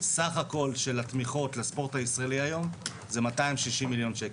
שסך הכול של התמיכות לספורט הישראלי היום זה 260 מיליון שקלים.